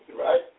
Right